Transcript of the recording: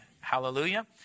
Hallelujah